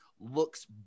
Looks